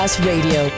Radio